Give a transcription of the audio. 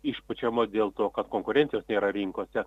išpučiama dėl to kad konkurencijos nėra rinkose